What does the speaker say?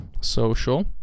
Social